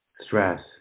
stress